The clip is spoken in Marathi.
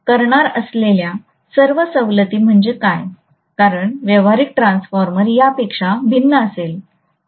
आपण करणार असलेल्या सर्व सवलती म्हणजे काय कारण व्यावहारिक ट्रान्सफॉर्मर यापेक्षा भिन्न असेल